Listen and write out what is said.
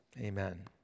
Amen